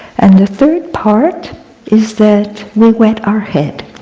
and the third part is that we wet our head.